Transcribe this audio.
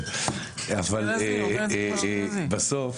יאסין, שבסוף